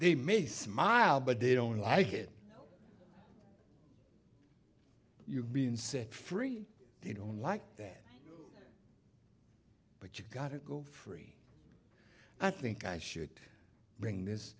they may smile but they don't like it you've been set free they don't like that but you gotta go free i think i should bring this